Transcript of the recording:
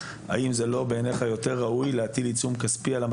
האם זה לא בעיניך יותר ראוי להטיל עיצום כספי?